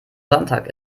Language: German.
sonntag